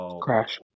Crash